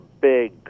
big